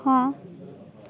ହଁ